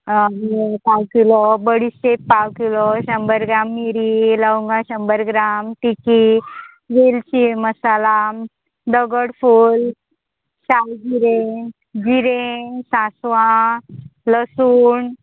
पाव किलो बडीशेप पाव किलो शंबर ग्राम मिरी लवंगा शंबर ग्राम तिकी वेलची मसाला दगडफूल साळगिरें जिरें सांसवां लसूण